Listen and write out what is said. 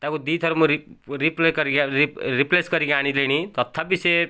ତାକୁ ଦୁଇ ଥର ମୁଁ ରିପ୍ଲେ କରିକି ରିପ୍ଲେସ କରିକି ଆଣିଲିଣି ତଥାପି ସେ